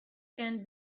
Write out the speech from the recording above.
can